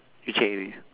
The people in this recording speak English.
you check already